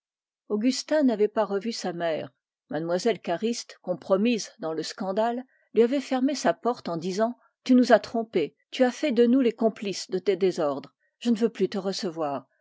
augustin n'avait pas revu sa mère mlle cariste compromise dans le scandale lui avait fermé sa porte en disant tu nous as trompés tu as fait de nous des complices de tes désordres je ne peux plus te recevoir